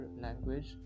language